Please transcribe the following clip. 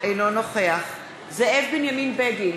אינו נוכח זאב בנימין בגין,